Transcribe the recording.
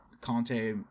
Conte